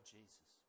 Jesus